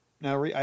Now